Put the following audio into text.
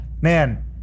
man